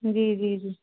जी जी जी